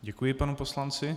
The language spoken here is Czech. Děkuji panu poslanci.